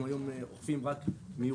היום אנחנו אוכפים רק מהירות